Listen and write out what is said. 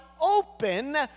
open